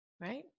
right